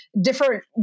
different